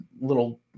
little